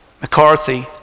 McCarthy